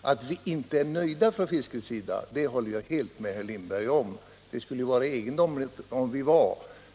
Att vi från fiskets sida inte är nöjda håller vi helt med herr Lindberg om. Det skulle ju vara egendomligt om vi var det.